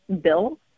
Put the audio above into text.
Bill